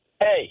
Hey